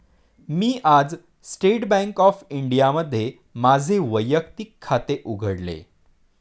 मी आज State Bank of इंडियामध्ये माझे वैयक्तिक खाते उघडले